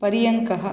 पर्यङ्कः